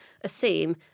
assume